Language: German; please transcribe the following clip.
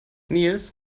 nils